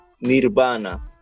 Nirvana